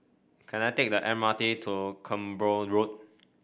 can I take the M R T to Cranborne Road